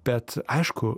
bet aišku